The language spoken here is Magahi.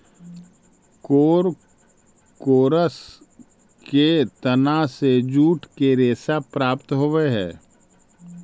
कोरकोरस के तना से जूट के रेशा प्राप्त होवऽ हई